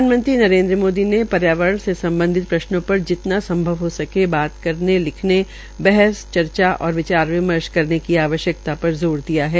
प्रधानमंत्री नरेन्द्र मोदी ने पर्यावरण से सम्बधित प्रश्नों पर जितना संभव हो सके बात करने लिखने चर्चा और विचार विमर्श करने की आवश्क्ता पर ज़ोर दिया है